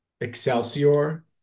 Excelsior